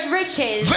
riches